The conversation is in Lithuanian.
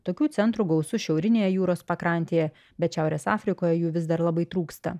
tokių centrų gausu šiaurinėje jūros pakrantėje bet šiaurės afrikoje jų vis dar labai trūksta